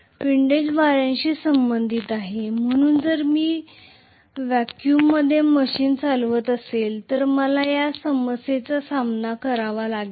Windies वाऱ्याशी संबंधित आहे म्हणून जर मी व्हॅक्यूममध्ये मशीन चालवत असेल तर मला या समस्येचा सामना करावा लागणार नाही